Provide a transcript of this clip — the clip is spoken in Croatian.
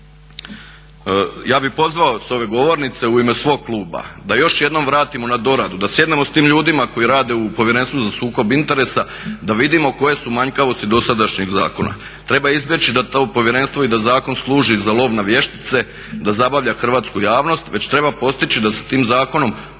Ja bih pozvao sa ove govornice u ime svog kluba da još jednom vratimo na doradu, da sjednemo sa tim ljudima koji rade u Povjerenstvu za sukob interesa, da vidimo koje su manjkavosti dosadašnjeg zakona. Treba izbjeći da to povjerenstvo i da zakon služi za lov na vještice, da zabavlja hrvatsku javnost već treba postići da se tim zakonom